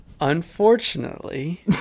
Unfortunately